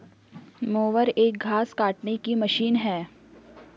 mower एक घास काटने की मशीन है